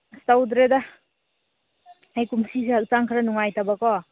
ꯇꯧꯗ꯭ꯔꯦꯗ ꯑꯩ ꯀꯨꯝꯁꯤꯁꯦ ꯍꯛꯆꯥꯡ ꯈꯔ ꯅꯨꯡꯉꯥꯏꯇꯕꯀꯣ